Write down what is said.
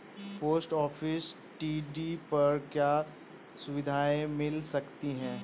Post office TD पर क्या सुविधाएँ मिल सकती है?